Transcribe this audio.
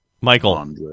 Michael